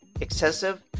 excessive